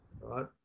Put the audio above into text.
right